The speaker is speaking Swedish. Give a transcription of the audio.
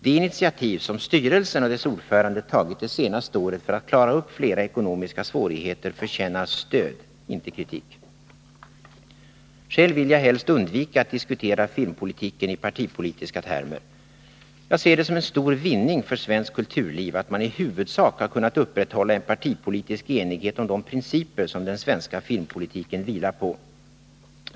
De initiativ som styrelsen och dess ordförande tagit det senaste året för att klara upp flera ekonomiska svårigheter förtjänar stöd och inte kritik. Själv vill jag undvika att diskutera filmpolitiken i partipolitiska termer. Jag 7 ser det som en stor vinning för svenskt kulturliv att man i huvudsak har kunnat upprätthålla en partipolitisk enighet om de principer som den svenska filmpolitiken vilar på.